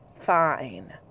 fine